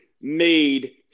made